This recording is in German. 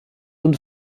und